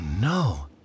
no